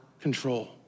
control